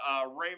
Raymond